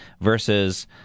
versus